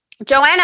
Joanna